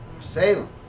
Salem